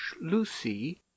lucy